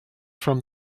from